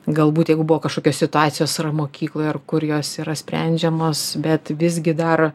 galbūt jeigu buvo kašokios situacijos ar mokykloj ar kur jos yra sprendžiamos bet visgi dar